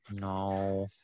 No